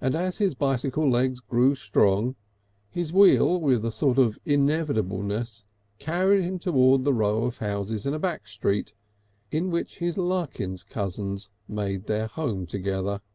and as his bicycle legs grew strong his wheel with a sort of inevitableness carried him towards the row of houses in a back street in which his larkins cousins made their home together.